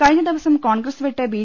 കഴിഞ്ഞദിവസം കോൺഗ്രസ് വിട്ട് ബി